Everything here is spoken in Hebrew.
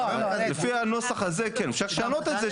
לפי הנוסח הזה כן, אפשר לשנות את זה